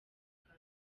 bwawe